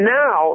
now